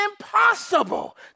impossible